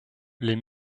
les